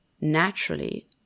naturally